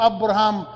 Abraham